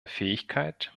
fähigkeit